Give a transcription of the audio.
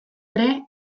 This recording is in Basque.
ere